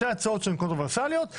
שתי הצעות שהן קונטרוברסליות,